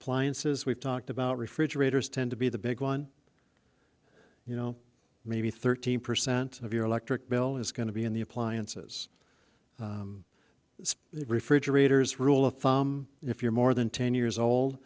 says we've talked about refrigerators tend to be the big one you know maybe thirty percent of your electric bill is going to be in the appliances the refrigerators rule of thumb if you're more than ten years old